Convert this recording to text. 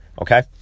okay